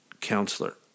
counselor